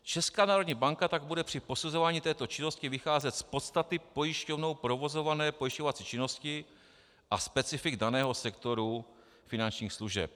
Česká národní banka tak bude při posuzování této činnosti vycházet z podstaty pojišťovnou provozované pojišťovací činnosti a specifik daného sektoru finančních služeb.